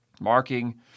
marking